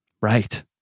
Right